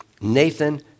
Nathan